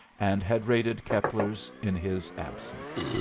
and had raided keppler's in his absence,